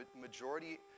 majority